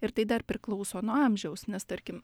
ir tai dar priklauso nuo amžiaus nes tarkim